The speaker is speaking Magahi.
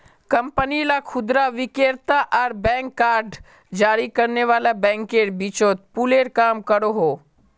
कंपनी ला खुदरा विक्रेता आर बैंक कार्ड जारी करने वाला बैंकेर बीचोत पूलेर काम करोहो